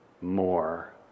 more